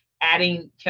adding